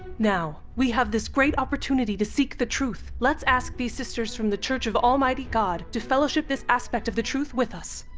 now, we have this great opportunity to seek the truth. let's ask these sisters from the church of almighty god to fellowship this aspect of the truth with us.